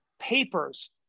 papers